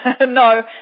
no